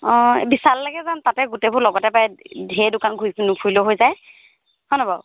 অঁ বিশাললৈকে যাম তাতে গোটেইবোৰ লগতে পায় ধেৰ দোকান ঘূৰি নুফুৰিলেও হৈ যায় হয়নে বাৰু